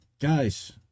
guys